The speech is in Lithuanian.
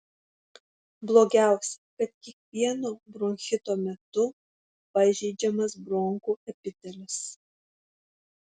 blogiausia kad kiekvieno bronchito metu pažeidžiamas bronchų epitelis